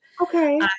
Okay